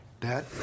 Dad